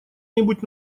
нибудь